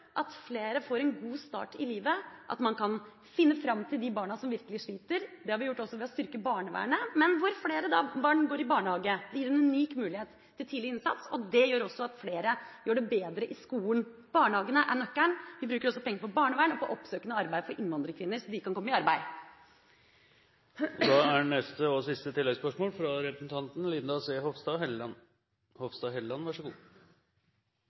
at flere får en god start i livet, at man kan finne fram til de barna som virkelig sliter – det har vi gjort også ved å styrke barnevernet – og at flere barn går i barnehage. Det gir en unik mulighet til tidlig innsats. Det gjør at flere også gjør det bedre i skolen. Barnehagene er nøkkelen. Vi bruker også penger på barnevern og på oppsøkende arbeid overfor innvandrerkvinner, så de kan komme i arbeid. Linda C. Hofstad Helleland – til siste